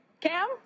Cam